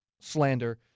slander